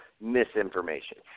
misinformation